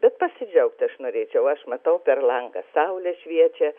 bet pasidžiaugt aš norėčiau aš matau per langą saulė šviečia